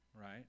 right